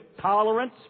tolerance